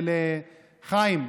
חיים,